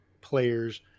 players